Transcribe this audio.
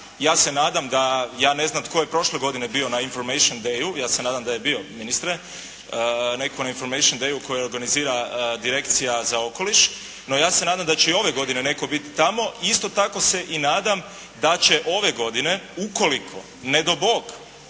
ja se nadam da, ja ne znam tko je prošle godine bio na information dayu, ja se nadam da je bio ministar netko na information dayu koji organizira direkcija za okoliš. No ja se nadam da će i ove godine netko biti tamo, isto tako se i nadam da će ove godine ukoliko ne dao Bog,